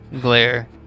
glare